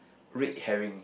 red hairing